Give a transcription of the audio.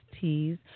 teas